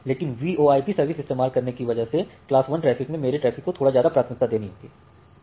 लेकिन VoIP services इस्तेमाल करने की वजह से क्लास 1 ट्रैफिक में मेरे ट्रैफिक को थोड़ी ज्यादा प्राथमिकता देनी चाहिए